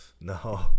No